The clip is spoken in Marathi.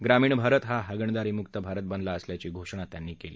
ग्रामीण भारत हा हगणदारी मुक्त भारत बनला असल्याची घोषणा त्यांनी केली